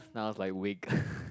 now I was like wake